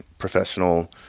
professional